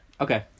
Okay